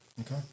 Okay